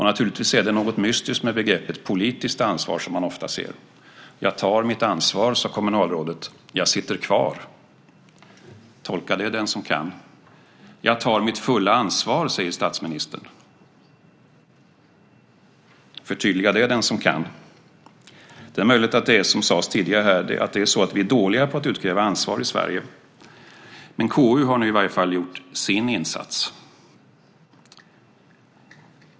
Naturligtvis är det något mystiskt med begreppet politiskt ansvar, som man ofta ser. Jag tar mitt ansvar, sade kommunalrådet, jag sitter kvar. Tolka det, den som kan! Jag tar mitt fulla ansvar, säger statsministern. Förtydliga det, den som kan! Det är möjligt att det är som det sades tidigare här, att vi är dåliga på att utkräva ansvar i Sverige. KU har nu i varje fall gjort sin insats.